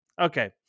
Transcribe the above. Okay